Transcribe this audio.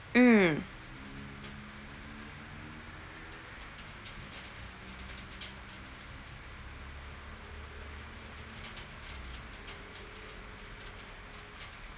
mm